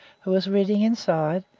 who was reading inside,